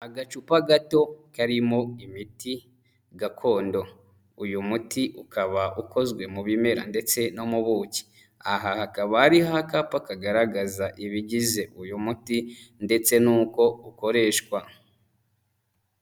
Agacupa gato karimo imiti gakondo. Uyu muti ukaba ukozwe mu bimera ndetse no mu buki. Aha hakaba hariho akapa kagaragaza ibigize uyu muti ndetse n'uko ukoreshwa.